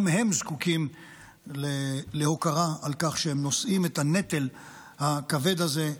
גם הם זקוקים להוקרה על כך שהם נושאים את הנטל הכבד הזה,